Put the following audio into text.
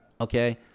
Okay